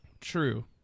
True